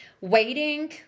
waiting